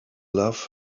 love